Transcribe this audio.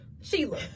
Sheila